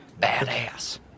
Badass